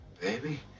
Baby